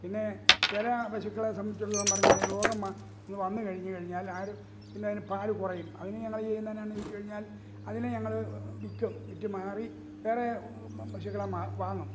പിന്നെ ചില പശുക്കളെ സംബന്ധിച്ചെടുത്തോളം പറഞ്ഞാല് ഈ രോഗം മ രോഗം വന്നുകഴിഞ്ഞുകഴിഞ്ഞാൽ ആരും പിന്നതിന് പാല് കുറയും അതിന് ഞങ്ങള് ചെയ്യുന്നതെന്നാന്ന് ചോദിച്ചുകഴിഞ്ഞാൽ അതിനെ ഞങ്ങള് വില്ക്കും വിറ്റ് മാറി വേറെ പശുക്കളെ വാങ്ങും